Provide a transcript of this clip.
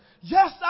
Yes